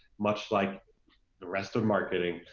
much like the rest of marketing.